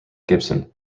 gibson